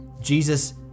Jesus